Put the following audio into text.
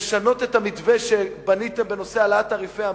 לשנות את המתווה שבנית בנושא העלאת תעריפי המים,